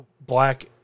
black